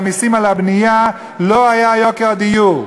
והמסים על הבנייה, לא היה יוקר הדיור.